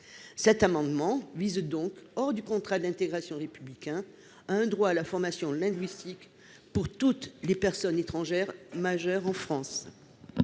Cet amendement vise donc à instaurer, hors du contrat d’intégration républicain, un droit à la formation linguistique pour toutes les personnes étrangères majeures en France.